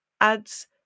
adds